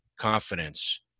confidence